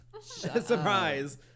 Surprise